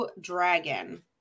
Dragon